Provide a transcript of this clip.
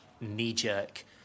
knee-jerk